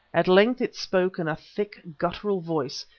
at length it spoke in a thick, guttural voice,